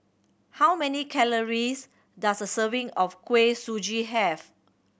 how many calories does a serving of Kuih Suji have